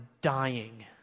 dying